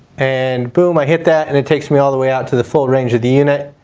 and boom i hit that, and it takes me all the way out to the full range of the unit.